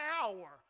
power